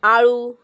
आळू